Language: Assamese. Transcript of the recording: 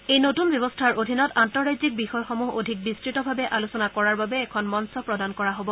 এই নতুন ব্যৱস্থাৰ অধীনত আন্তঃৰাজ্যিক বিষয়সমূহ অধিক বিস্তৃতভাৱে আলোচনা কৰাৰ বাবে এখন মঞ্চ প্ৰদান কৰা হব